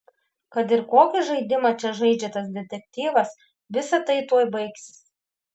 kad ir kokį žaidimą čia žaidžia tas detektyvas visa tai tuoj baigsis